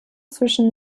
zwischen